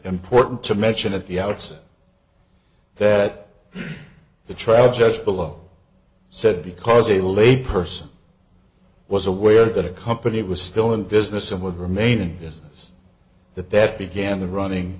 important to mention at the outset that the trial judge below said because a lay person was aware that a company was still in business and would remain in business that that began the running